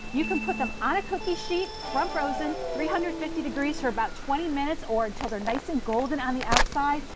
you can put them on a cookie sheet from frozen, three hundred and fifty degrees for about twenty minutes or until they're nice and golden on the outside.